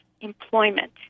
employment